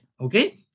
okay